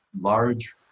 large